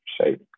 shape